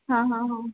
हां हां हां